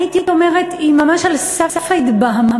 הייתי אומרת, היא ממש על סף ההתבהמות.